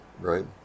right